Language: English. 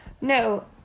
no